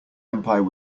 empire